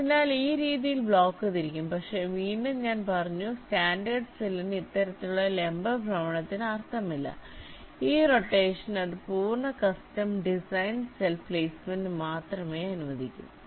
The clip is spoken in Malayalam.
അതിനാൽ ഈ രീതിയിൽ ബ്ലോക്ക് തിരിക്കും പക്ഷേ വീണ്ടും ഞാൻ പറഞ്ഞു സ്റ്റാൻഡേർഡ് സെല്ലിന് ഇത്തരത്തിലുള്ള ലംബ ഭ്രമണത്തിന് അർത്ഥമില്ല ഈ റൊട്ടേഷൻ ഇത് പൂർണ്ണ കസ്റ്റം ഡിസൈൻ സ്റ്റൈൽ പ്ലെയ്സ്മെന്റിന് മാത്രമേ അനുവദിക്കൂ